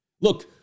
Look